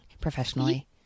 professionally